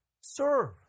serve